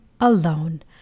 alone